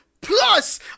plus